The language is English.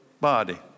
body